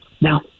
Now